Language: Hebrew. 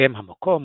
שם המקום